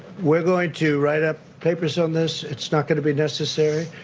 we're going to write up papers on this. it's not going to be necessary,